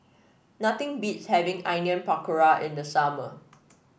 nothing beats having Onion Pakora in the summer